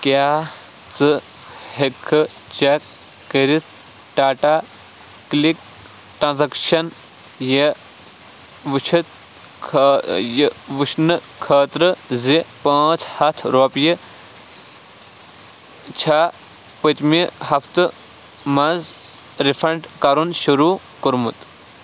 کیٛاہ ژٕ ہٮ۪ککھہٕ چَک کٔرِتھ ٹاٹا کٕلِک ٹرٛانزَکشَن یہِ وٕچھِتھ یہِ وٕچھنہٕ خٲطرٕ زِ پانٛژھ ہتھ رۄپیہِ چھےٚ پٔتۍمہِ ہفتہٕ منٛز رِفنٛڈ کرُن شروٗع کوٚرمُت